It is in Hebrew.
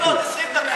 תוסיף לו עוד 20 דקות.